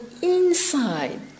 inside